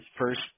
first